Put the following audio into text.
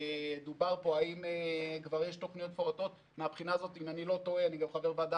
דובר על תוכניות מפורטות אני גם חבר הוועדה